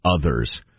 others